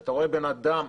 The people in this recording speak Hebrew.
כשאתה רואה בן אדם,